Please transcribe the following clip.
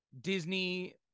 Disney